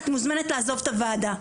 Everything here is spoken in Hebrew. את מוזמנת לעזוב את הוועדה.